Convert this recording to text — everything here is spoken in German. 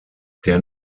der